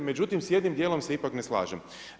Međutim, s jednim dijelom se ipak ne slažem.